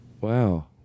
Wow